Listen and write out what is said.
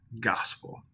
Gospel